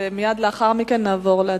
ומייד לאחר מכן נעבור להצבעה.